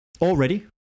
already